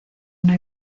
una